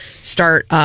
start